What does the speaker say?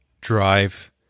drive